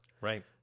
right